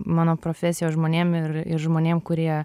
mano profesijos žmonėm ir ir žmonėm kurie